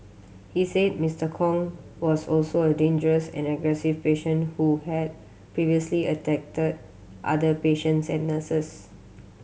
he said Mister Kong was also a dangerous and aggressive patient who had previously attacked other patients and nurses